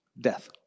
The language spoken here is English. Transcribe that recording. Death